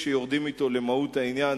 כשיורדים אתו למהות העניין,